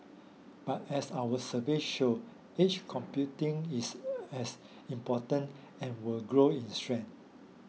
but as our survey show edge computing is as important and will grow in strength